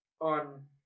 on